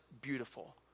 beautiful